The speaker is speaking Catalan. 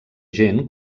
gent